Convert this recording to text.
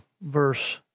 verse